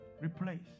replace